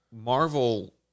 Marvel